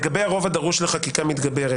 אומר שהזכויות שיש בחוק-יסוד: